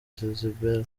sezibera